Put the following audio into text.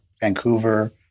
Vancouver